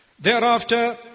Thereafter